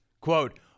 Quote